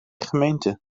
gemeente